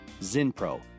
Zinpro